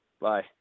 Bye